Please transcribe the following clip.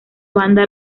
banda